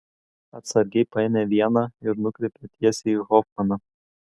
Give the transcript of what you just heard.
atsargiai paėmė vieną ir nukreipė tiesiai į hofmaną